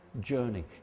journey